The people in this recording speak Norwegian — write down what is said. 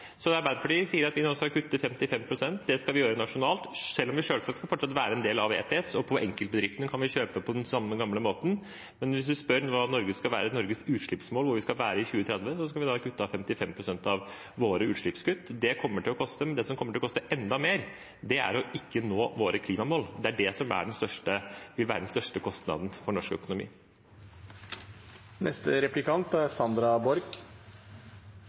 Arbeiderpartiet har sagt at vi nå skal kutte 55 pst. Det skal vi gjøre nasjonalt, selv om vi selvsagt fortsatt skal være en del av ETS, og for enkeltbedriftenes del kan vi kjøpe på den samme, gamle måten. Men hvis man spør hva som skal være Norges utslippsmål, hvor vi skal være i 2030, skal vi ha kuttet 55 pst. av våre utslipp. Det kommer til å koste, men det som kommer til å koste enda mer, er ikke å nå klimamålene våre. Det er det som vil være den største kostnaden for norsk økonomi.